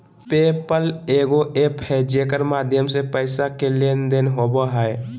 पे पल एगो एप्प है जेकर माध्यम से पैसा के लेन देन होवो हय